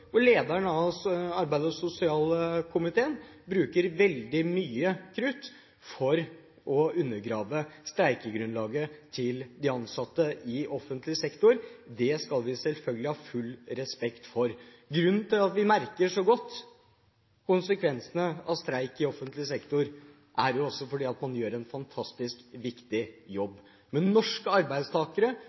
lederen av arbeids- og sosialkomiteen bruker veldig mye krutt til å undergrave streikegrunnlaget til de ansatte i offentlig sektor. Det skal vi selvfølgelig ha full respekt for. Grunnen til at vi merker så godt konsekvensene av streik i offentlig sektor, er også at de gjør en fantasisk viktig jobb. Men for at norske arbeidstakere